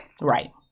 Right